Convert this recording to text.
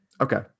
Okay